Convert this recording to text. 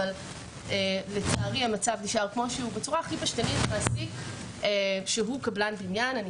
אבל לצערי המצב נשאר כמו שהוא מעסיק שהוא קבלן בניין למשל,